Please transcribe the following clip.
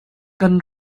kan